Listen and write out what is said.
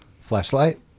Flashlight